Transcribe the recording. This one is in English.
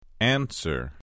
Answer